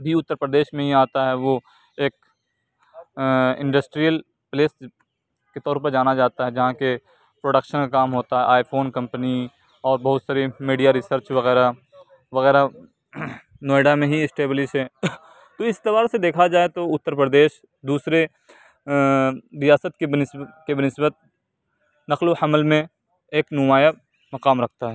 بھی اتر پردیش میں ہی آتا ہے وہ ایک انڈسٹریل پلیس کے طور پر جانا جاتا ہے جہاں کہ پروڈکشن کا کام ہوتا ہے آئی فون کمپنی اور بہت ساری میڈیا ریسرچ وغیرہ وغیرہ نوئیڈا میں ہی اسٹیبلش ہیں تو اس اعتبار سے دیکھا جائے تو اتر پردیش دوسرے ریاست کے بہ نسبت کے بہ نسبت نقل و حمل میں ایک نمایاں مقام رکھتا ہے